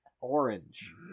orange